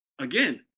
again